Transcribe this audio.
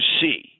see